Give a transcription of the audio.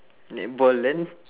netball then